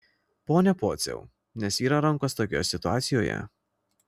pone pociau nesvyra rankos tokioje situacijoje